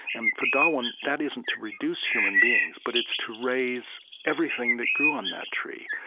and for darwin, that isn't to reduce human beings, but it's to raise everything that grew on that tree,